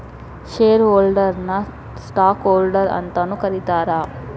share ಹೋಲ್ಡರ್ನ ನ stockholder ಅಂತಾನೂ ಕರೇತಾರ